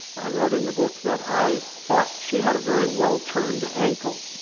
i wrote in the book that i thought she had a very well-turned ankle,